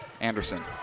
Anderson